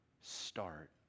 start